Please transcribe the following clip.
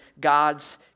God's